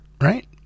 right